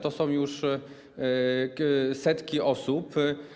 To są już setki osób.